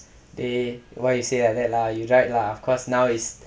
eh why you say that lah you right lah of course now is